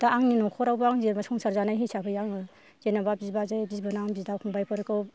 दा आंनि न'खरावबो आं जेनोबा संसार जानाय हिसाबै आङो जेनोबा बिबाजै बिबोनां बिदा फंबायफोरखौ